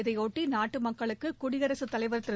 இதையொட்டி நாட்டு மக்களுக்கு குடியரசுத்தலைவர் திரு